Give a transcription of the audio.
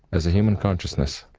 as a human consciousness.